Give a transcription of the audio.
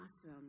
awesome